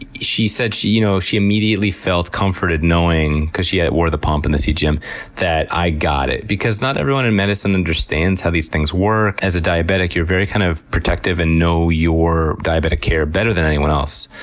she said she you know she immediately felt comforted knowing because she yeah wore the pump and the cgm that i got it, because not everyone in medicine understands how these things work. as a diabetic you're very, kind of, protective and know your diabetic care better than anyone else.